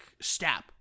stab